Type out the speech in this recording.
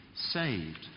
saved